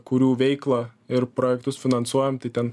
kurių veiklą ir projektus finansuojam tai ten